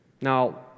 Now